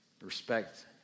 Respect